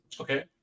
Okay